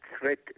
threat